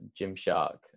Gymshark